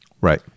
Right